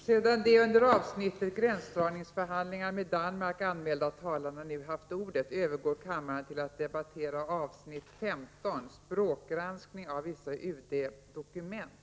Sedan de under avsnittet Gränsdragningsförhandlingar med Danmark anmälda talarna nu haft ordet övergår kammaren till att debattera avsnitt 15: Språkgranskning av vissa UD-dokument.